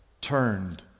turned